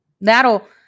That'll